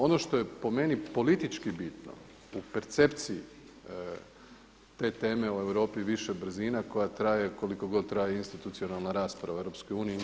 Ono što je po meni politički bitno u percepciji te teme o Europi više brzina koja traje koliko god traje institucionalna rasprava u Europskoj uniji.